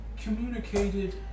Communicated